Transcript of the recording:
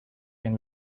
can